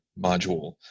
module